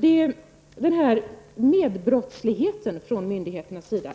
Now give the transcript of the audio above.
Det allvarliga är medbrottsligheten från myndigheternas sida.